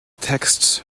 text